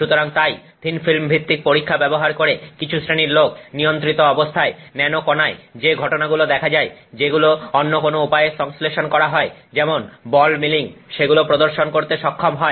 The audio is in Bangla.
সুতরাং তাই থিন ফিল্ম ভিত্তিক পরীক্ষা ব্যবহার করে কিছু শ্রেণীর লোক নিয়ন্ত্রিত অবস্থায় ন্যানো কনায় যে ঘটনাগুলো দেখা যায় যেগুলো অন্য কোন উপায়ে সংশ্লেষণ করা হয় যেমন বল মিলিং সেগুলো প্রদর্শন করতে সক্ষম হয়